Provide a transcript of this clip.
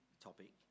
topic